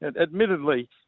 admittedly